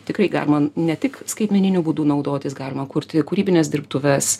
tikrai galima ne tik skaitmeniniu būdu naudotis galima kurti kūrybines dirbtuves